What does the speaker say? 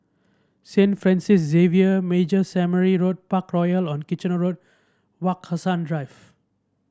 Saint Francis Xavier Major Seminary Parkroyal on Kitchener Road Wak Hassan Drive